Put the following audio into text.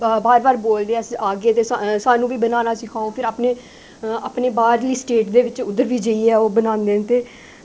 बार बार आखदे कि अस जेल्लै आह्गे ते स्हानू बी बनाना सिक्खाओ ते अपनी बाह्रली स्टेट' च बी जाइयै ओह् बनांदे न